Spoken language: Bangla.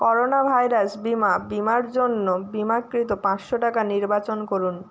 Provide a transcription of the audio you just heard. করোনা ভাইরাস বীমা বীমার জন্য বীমাকৃত পাঁচশো টাকা নির্বাচন করুন